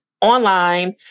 online